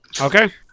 Okay